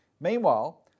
Meanwhile